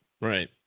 Right